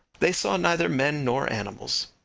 they saw neither men nor animals.